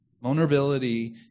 Vulnerability